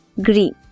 green